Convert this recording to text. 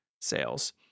sales